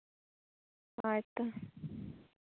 ᱦᱳᱭ ᱛᱚ